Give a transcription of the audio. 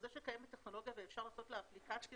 זה שקיימת טכנולוגיה ואפשר לעשות לה אפליקציות